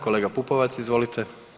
Kolega Pupovac izvolite.